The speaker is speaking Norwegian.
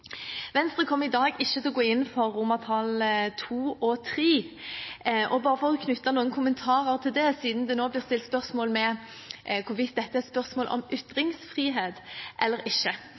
Venstre kommer i dag ikke til å gå inn for II og III. Bare for å knytte noen kommentarer til det siden det nå blir stilt spørsmål om hvorvidt dette er spørsmål om ytringsfrihet eller ikke: